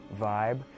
vibe